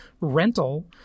rental